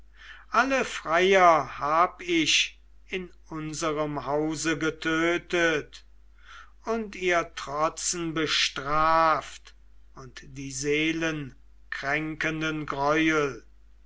alle freier hab ich in unserem hause getötet und ihr trotzen bestraft und die seelenkränkenden greuel